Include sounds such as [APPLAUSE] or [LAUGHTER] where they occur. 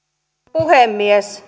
puhemies [UNINTELLIGIBLE]